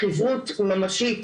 חברות ממשית